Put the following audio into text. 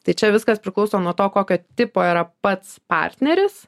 tai čia viskas priklauso nuo to kokio tipo yra pats partneris